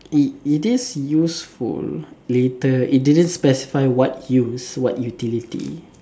it it is useful later it didn't specify what use what utility